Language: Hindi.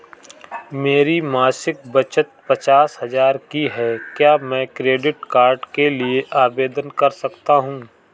मेरी मासिक बचत पचास हजार की है क्या मैं क्रेडिट कार्ड के लिए आवेदन कर सकता हूँ?